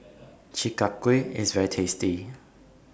Chi Kak Kuih IS very tasty